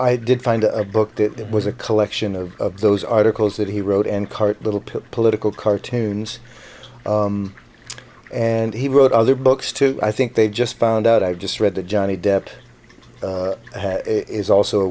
i did find a book that was a collection of those articles that he wrote and part little political cartoons and he wrote other books too i think they just found out i just read a johnny depp is also